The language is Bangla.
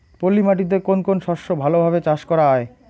পলি মাটিতে কোন কোন শস্য ভালোভাবে চাষ করা য়ায়?